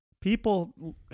people